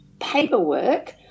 paperwork